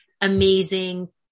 amazing